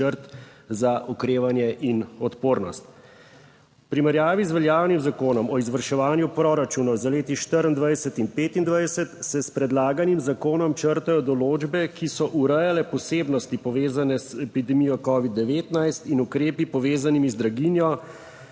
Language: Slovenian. Načrt za okrevanje in odpornost. V primerjavi z veljavnim Zakonom o izvrševanju proračunov za leti 2024 in 2025 se s predlaganim zakonom črtajo določbe, ki so urejale posebnosti, povezane z epidemijo covid-19, in ukrepi, povezani z draginjo.